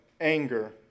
anger